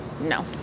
no